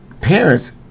parents